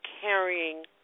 carrying